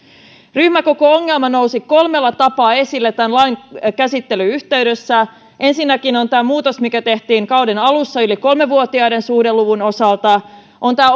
ryhmäkoko ongelma nousi kolmella tapaa esille tämän lain käsittelyn yhteydessä ensinnäkin on tämä muutos mikä tehtiin kauden alussa yli kolmevuotiaiden suhdeluvun osalta on tämä